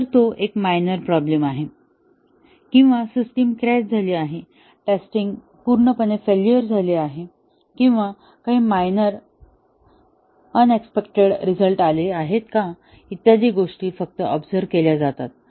तर तो एक मायनर प्रॉब्लेम आहे किंवा सिस्टिम क्रॅश झाली आहे टेस्टिंग पूर्णपणे फेल्युअर झाली किंवा काही मायनर एनएक्सपेक्टेड रिझल्ट आले आहेत का इत्यादी गोष्टी फक्त ऑबझर्व केल्या जातात